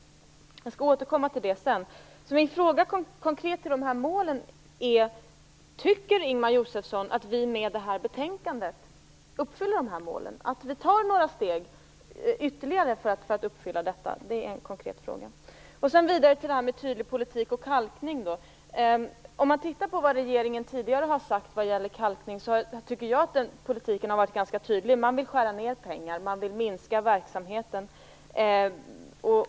Jag skall återkomma till det. Min konkreta fråga om de här målen är: Tycker Ingemar Josefsson att vi med det här betänkandet uppfyller målen? Tar vi några steg ytterligare för att uppfylla dem? Jag vill vidare ta upp frågan om en tydlig politik när det gäller kalkning. När jag ser på vad regeringen tidigare har sagt om kalkning tycker jag att politiken har varit ganska tydlig. Man vill skära ned anslag och man vill minska verksamheten.